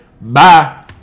Bye